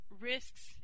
risks